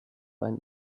ein